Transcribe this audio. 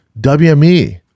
wme